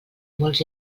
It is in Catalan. molts